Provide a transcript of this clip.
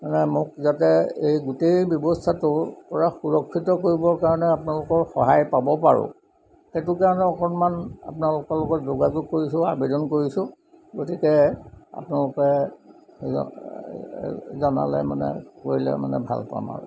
মানে মোক যাতে এই গোটেই ব্যৱস্থাটোৰ পৰা সুৰক্ষিত কৰিবৰ কাৰণে আপোনালোকৰ সহায় পাব পাৰোঁ সেইটো কাৰণে অকণমান আপোনালোকৰ লগত যোগাযোগ কৰিছোঁ আবেদন কৰিছোঁ গতিকে আপোনালোকে জনালে মানে কৰিলে মানে ভাল পাম আৰু